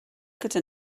gyda